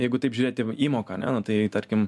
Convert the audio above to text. jeigu taip žiūrėti įmoką ane nu tai tarkim